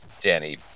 danny